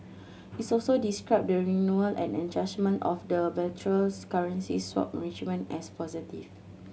it's also described the renewal and enhancement of the bilateral currency swap arrangement as positive